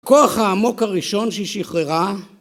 כוח העמוק הראשון שהיא שחררה